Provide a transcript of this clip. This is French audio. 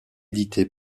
édité